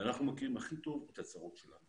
ואנחנו מכירים הכי טוב את הצרות שלנו